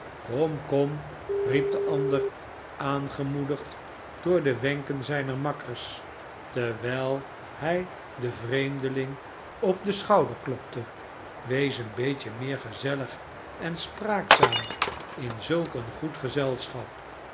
kom kom riep de ander aangemoedigd door de wenken zijner makkers terwijl hij den vreemdeling op den schouder klopte wees een beetje meer gezellig en spraakzaam in zulk een goed gezelschap